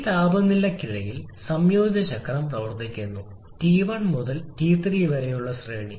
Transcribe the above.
ഈ താപനിലയ്ക്കിടയിൽ സംയോജിത ചക്രം പ്രവർത്തിക്കുന്നു T1 മുതൽ T3 വരെയുള്ള ശ്രേണി